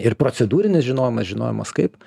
ir procedūrinis žinojimas žinojimas kaip